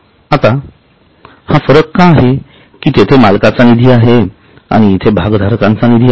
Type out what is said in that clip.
आता हा फरक का आहे की तेथे मालकांचा निधी आहे आणि इथे भागधारकांचा निधी आहे